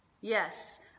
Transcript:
yes